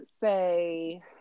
say